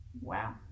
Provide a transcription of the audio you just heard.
Wow